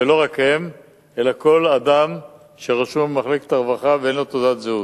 ולא רק הם אלא כל אדם שרשום במחלקת הרווחה ואין לו תעודת זהות.